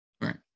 Right